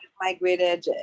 migrated